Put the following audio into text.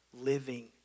living